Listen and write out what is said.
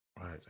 right